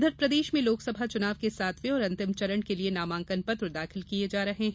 इधर प्रदेश में लोकसभा चुनाव के सातवें और अंतिम चरण के लिये नामांकन पत्र दाखिल किये जा रहे हैं